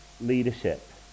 leadership